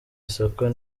isoko